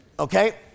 Okay